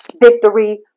victory